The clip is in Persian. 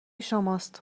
شماست